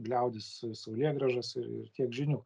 gliaudys saulėgrąžas ir ir tiek žinių